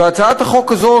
והצעת החוק הזאת,